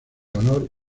honor